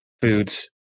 foods